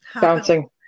bouncing